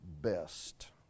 best